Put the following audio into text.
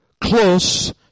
close